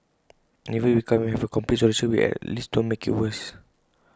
and even if we can't have A complete solution we at least don't make IT worse